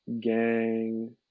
gang